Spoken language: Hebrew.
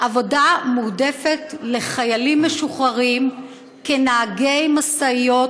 עבודה מועדפת לחיילים משוחררים כנהגי משאיות,